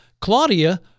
Claudia